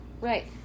Right